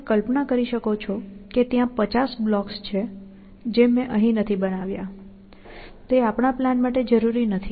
તમે કલ્પના કરી શકો છો કે ત્યાં 50 બ્લોક્સ છે જે મેં અહીં બનાવ્યા નથી જે આપણા પ્લાન માટે જરૂરી નથી